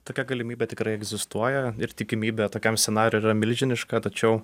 tokia galimybė tikrai egzistuoja ir tikimybė tokiam scenarijui yra milžiniška tačiau